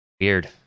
Weird